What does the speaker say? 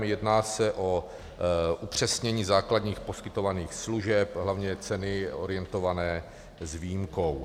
Jedná se o upřesnění základních poskytovaných služeb, hlavně ceny orientované s výjimkou.